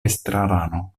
estrarano